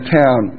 town